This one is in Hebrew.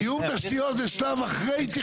תיאום תשתיות זה שלב אחרי תכנון תשתיות.